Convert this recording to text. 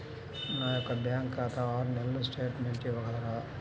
నా యొక్క బ్యాంకు ఖాతా ఆరు నెలల స్టేట్మెంట్ ఇవ్వగలరా?